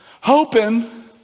hoping